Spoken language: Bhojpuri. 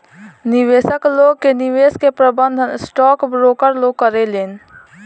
निवेशक लोग के निवेश के प्रबंधन स्टॉक ब्रोकर लोग करेलेन